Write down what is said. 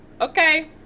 Okay